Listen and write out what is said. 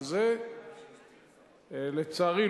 לצערי,